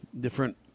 different